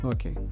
Okay